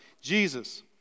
Jesus